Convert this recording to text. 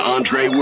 Andre